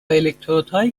الکترودهایی